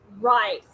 Right